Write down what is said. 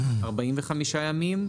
45 ימים,